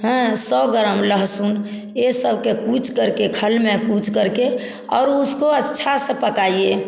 हैं सौ ग्राम लहसुन ये सब के कूच करके खल में कूच करके और उसको अच्छा सा पकाइए